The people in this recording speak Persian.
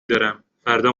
دارم، فردا